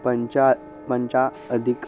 पञ्च पञ्च अधिकं